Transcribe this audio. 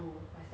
okay